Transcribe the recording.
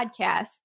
podcast